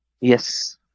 Yes